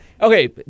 Okay